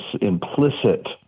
implicit